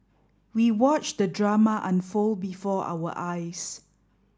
we watched the drama unfold before our eyes